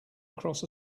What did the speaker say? across